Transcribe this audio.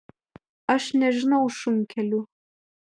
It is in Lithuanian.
aš nežinau šunkelių